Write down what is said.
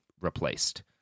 replaced